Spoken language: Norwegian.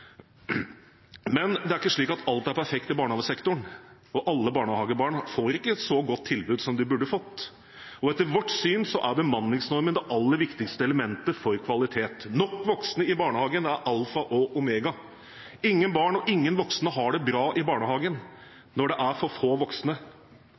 Men det er ikke slik at alt er perfekt i barnehagesektoren, og alle barnehagebarn får ikke et så godt tilbud som de burde fått. Etter vårt syn er bemanningsnormen det aller viktigste elementet for kvalitet. Nok voksne i barnehagen er alfa og omega. Ingen barn og ingen voksne har det bra i barnehagen